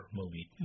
movie